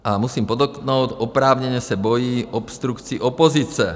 A musím podotknout, oprávněně se bojí obstrukcí opozice.